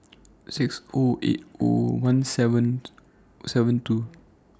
six O eight O one seven seven two